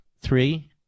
Three